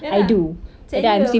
ya lah send you a